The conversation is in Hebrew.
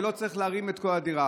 הוא לא צריך להרים את כל הדירה.